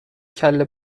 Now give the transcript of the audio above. کله